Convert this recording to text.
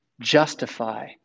justify